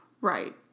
Right